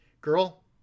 girl